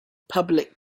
public